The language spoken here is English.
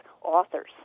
authors